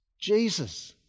Jesus